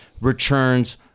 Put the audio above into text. returns